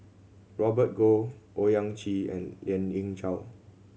Robert Goh Owyang Chi and Lien Ying Chow